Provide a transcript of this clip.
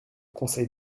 conseil